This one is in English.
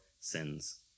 sins